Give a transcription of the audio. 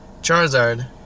Charizard